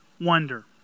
wonder